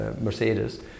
Mercedes